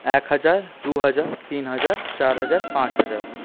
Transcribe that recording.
এক হাজার দু হাজার তিন হাজার চার হাজার পাঁচ হাজার